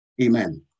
amen